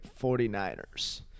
49ers